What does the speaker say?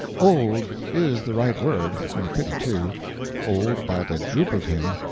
old is the right word, and a pity, too old by the droop of him,